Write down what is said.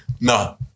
No